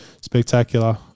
spectacular